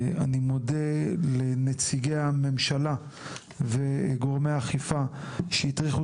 אני מודה לנציגי הממשלה ולגורמי האכיפה שהטריחו